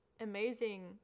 amazing